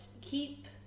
keep